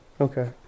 Okay